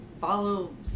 follow